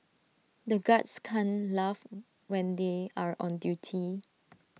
the guards can't laugh when they are on duty